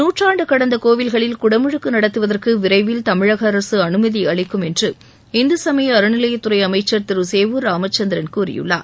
நூற்றாண்டு கடந்த கோவில்களில் குடமுழுக்கு நடத்துவற்கு விரைவில் தமிழக அரசு அனுமதி அளிக்கும் என்று இந்து சமய அறநிலையத்துறை அமைச்சர் திரு சேவூர் ராமச்சந்திரன் கூறியுள்ளார்